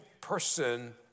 person